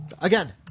again